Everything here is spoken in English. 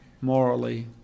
morally